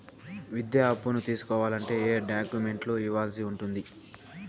విద్యా అప్పును తీసుకోవాలంటే ఏ ఏ డాక్యుమెంట్లు ఇవ్వాల్సి ఉంటుంది